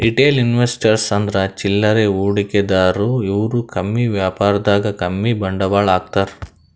retail investors ಅಂದ್ರ ಚಿಲ್ಲರೆ ಹೂಡಿಕೆದಾರು ಇವ್ರು ಕಮ್ಮಿ ವ್ಯಾಪಾರದಾಗ್ ಕಮ್ಮಿ ಬಂಡವಾಳ್ ಹಾಕ್ತಾರ್